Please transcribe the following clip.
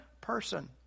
person